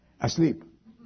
asleep